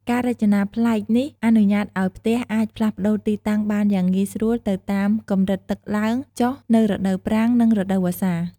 ការរចនាប្លែកនេះអនុញ្ញាតឲ្យផ្ទះអាចផ្លាស់ប្ដូរទីតាំងបានយ៉ាងងាយស្រួលទៅតាមកម្រិតទឹកឡើងចុះនៅរដូវប្រាំង និងរដូវវស្សា។